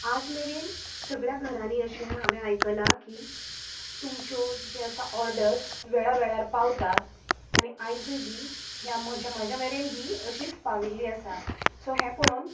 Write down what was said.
आज मेरेन सगळ्यां घरांनी अशें हांवें आयकलां की तुमच्यो जें आसा ओर्डर्स वेळा वेळार पावतात आनी आयजूय ही म्हज्या मरेन ही अशीच पाविल्ली आसा